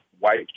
white